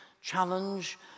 challenge